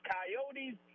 Coyotes